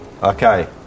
Okay